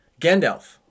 Gandalf